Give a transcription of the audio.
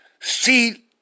see